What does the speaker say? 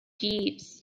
jeeves